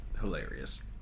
hilarious